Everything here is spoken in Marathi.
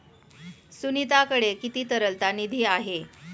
सुनीताकडे किती तरलता निधी आहे?